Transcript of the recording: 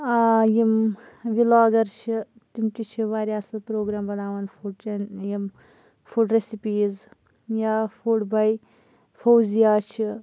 یِم وِلاگَر چھِ تِم تہِ چھِ واریاہ اَصل پروگرام بَناوان فُڈ چَنلہِ یِم فُڈ ریٚسِپیٖز یا فُڈ باے فوزِیا چھِ